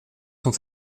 sont